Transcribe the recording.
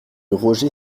roger